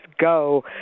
go